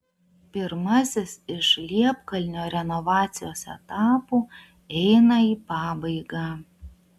pirmasis iš liepkalnio renovacijos etapų eina į pabaigą